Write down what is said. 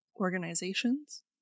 Organizations